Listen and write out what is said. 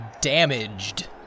damaged